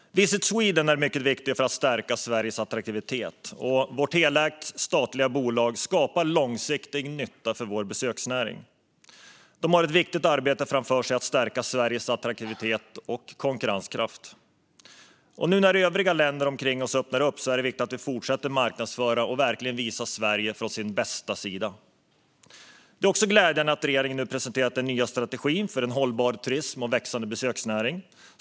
Visit Sweden är mycket viktigt för att stärka Sveriges attraktivitet. Vårt helägda statliga bolag skapar långsiktig nytta för vår besöksnäring. De har ett viktigt arbete framför sig att stärka Sveriges attraktivitet och konkurrenskraft. Nu när övriga länder omkring oss öppnar upp är det viktigt att vi fortsätter marknadsföra och visa Sverige från sin bästa sida. Det är glädjande att regeringen nu har presenterat den nya strategin för en hållbar turism och växande besöksnäring.